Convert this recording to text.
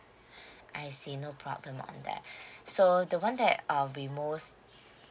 I see no problem on that so the one that I'll be most